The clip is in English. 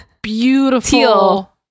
beautiful